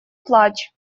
плачь